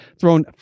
thrown